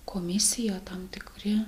komisija tam tikri